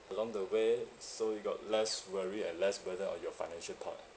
along the way so you got less worry and less burden on your financial part